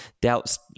doubts